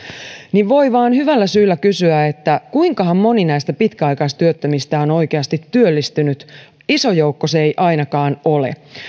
niin voi vain hyvällä syyllä kysyä kuinkahan moni näistä pitkäaikaistyöttömistä on oikeasti työllistynyt iso joukko se ei ainakaan ole